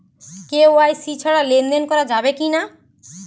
KYC ছাড়া লেনদেন করা যাবে কিনা?